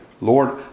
Lord